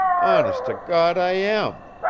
honest to gawd, i am!